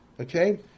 okay